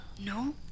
No